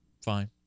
Fine